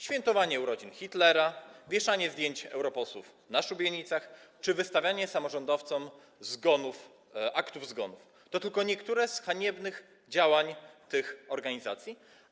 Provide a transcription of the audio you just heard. Świętowanie urodzin Hitlera, wieszanie zdjęć europosłów na szubienicach czy wystawianie samorządowcom aktów zgonów - to tylko niektóre z haniebnych działań tych organizacji.